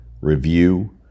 review